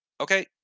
Okay